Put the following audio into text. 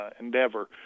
endeavor